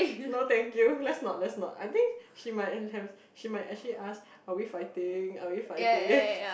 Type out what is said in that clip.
no thank you let's not let's not I think she might enhance she might actually asked are we fighting are we fighting